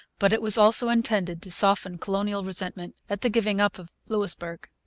but it was also intended to soften colonial resentment at the giving up of louisbourg.